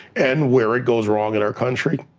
and where it goes wrong in our country.